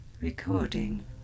Recording